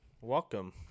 Welcome